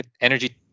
energy